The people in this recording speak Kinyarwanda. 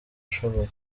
ushoboye